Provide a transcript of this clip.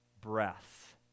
breath